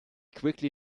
quickly